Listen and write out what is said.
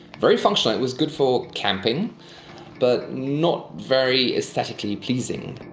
very functional. it was good for camping but not very aesthetically pleasing.